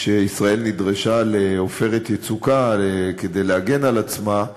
כשישראל נדרשה ל"עופרת יצוקה" כדי להגן על עצמה,